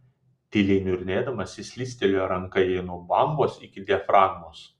tyliai niurnėdamas jis slystelėjo ranka jai nuo bambos iki diafragmos